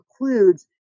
includes